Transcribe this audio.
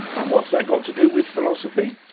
and what's that got to do with philosophy?